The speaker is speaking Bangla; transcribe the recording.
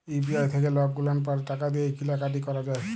ইউ.পি.আই থ্যাইকে লকগুলাল পারে টাকা দিঁয়ে কিলা কাটি ক্যরা যায়